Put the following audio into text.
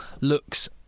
looks